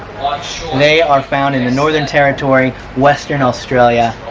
they are found in the northern territory, western australia,